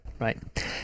Right